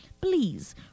please